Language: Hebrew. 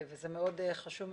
זה מאוד חשוב מבחינתנו,